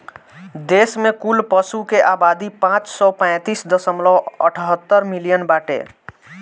देश में कुल पशु के आबादी पाँच सौ पैंतीस दशमलव अठहत्तर मिलियन बाटे